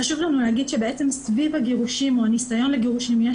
חשוב לנו להגיד שבעצם סביב הגירושים או הניסיון לגירושים יש